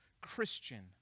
Christian